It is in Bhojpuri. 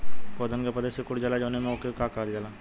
पौधन के पतयी सीकुड़ जाला जवने रोग में वोके का कहल जाला?